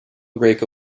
greco